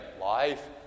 Life